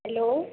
hello